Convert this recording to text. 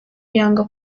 yanga